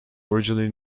originally